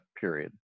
period